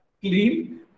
clean